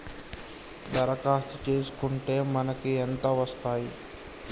దరఖాస్తు చేస్కుంటే మనకి ఎంత వస్తాయి?